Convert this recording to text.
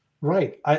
Right